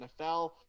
NFL